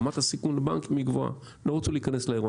היא שרמת הסיכון לבנקים היא גבוהה - לא רצו להיכנס לאירוע.